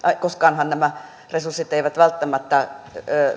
koskaanhan nämä resurssit eivät välttämättä